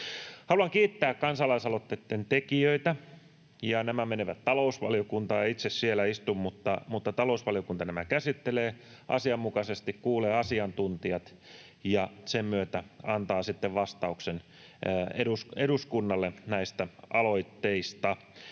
Haluan kiittää kansalaisaloitteiden tekijöitä. Nämä menevät talousvaliokuntaan. En itse siellä istu, mutta talousvaliokunta nämä käsittelee asianmukaisesti, kuulee asiantuntijat ja sen myötä antaa sitten vastauksen eduskunnalle näistä aloitteista,